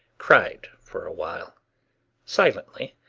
cried for a while silently,